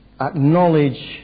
acknowledge